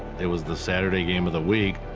it was the saturday game of the week,